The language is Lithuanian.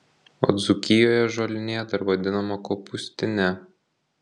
o dzūkijoje žolinė dar vadinama kopūstine